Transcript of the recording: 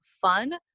fun